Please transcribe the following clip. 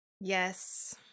Yes